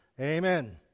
amen